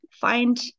find